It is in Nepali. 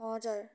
हजुर